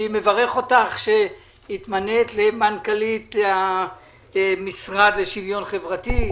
אני מברך אותך שהתמנית למנכ"לית המשרד לשוויון חברתי.